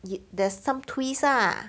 there's some twist ah